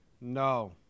No